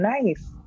nice